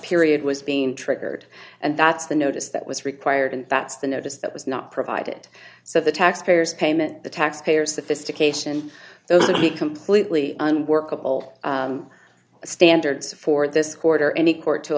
period was being triggered and that's the notice that was required and that's the notice that was not provided so the taxpayers payment the taxpayer sophistication so that he completely unworkable standards for this quarter any court to